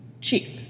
Chief